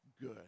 good